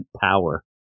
power